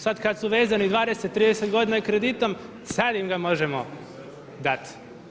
Sada kada su vezani 20, 30 godina kreditom sada im ga možemo dati.